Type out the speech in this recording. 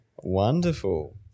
Wonderful